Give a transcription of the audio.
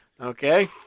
Okay